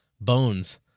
bones